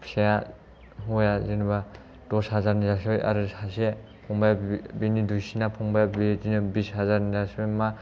फिसाया हौवाया जेनेबा दस हाजारनि जासिबाय आरो सासे फंबाइ बिनि दुइसिना फंबाइआ बिदिनो बिस हाजारनि जासिबाय मा